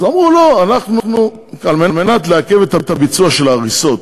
אז אמרו: לא, על מנת לעכב את הביצוע של ההריסות